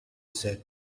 said